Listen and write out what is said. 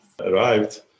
arrived